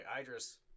Idris